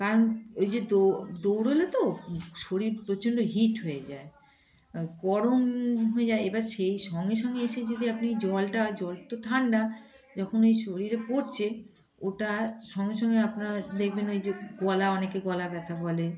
কারণ ওই যে দৌ দৌড়লে তো শরীর প্রচণ্ড হিট হয়ে যায় গরম হয়ে যায় এবার সেই সঙ্গে সঙ্গে এসে যদি আপনি জলটা জল তো ঠান্ডা যখন ওই শরীরে পড়ছে ওটা সঙ্গে সঙ্গে আপনারা দেখবেন ওই যে গলা অনেকে গলা ব্যথা বলে